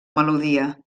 melodia